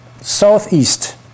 southeast